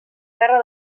guerra